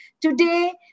today